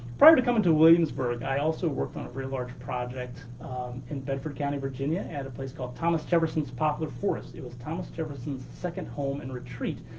prior to coming to williamsburg, i also worked on a very large project in bedford county, virginia, at a place called thomas jefferson's poplar forest. it was thomas jefferson's second home and retreat.